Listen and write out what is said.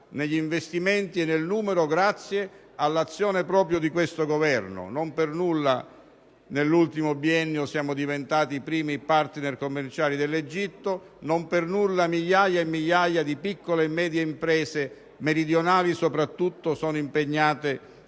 negli investimenti e nel numero grazie all'azione di questo Governo. Non per nulla nell'ultimo biennio siamo diventati il primo partner commerciale dell'Egitto e non per nulla migliaia e migliaia di piccole e medie imprese, meridionali soprattutto, sono impegnate